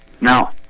Now